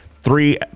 three